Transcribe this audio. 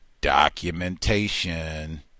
documentation